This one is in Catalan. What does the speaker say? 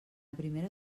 primera